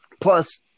plus